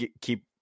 keep